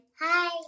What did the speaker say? Hi